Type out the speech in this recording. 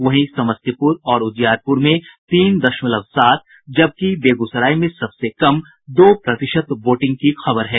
वहीं समस्तीपुर और उजियारपुर में तीन दशमलव सात जबकि बेगूसराय में सबसे कम दो प्रतिशत वोटिंग की खबर है